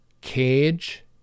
cage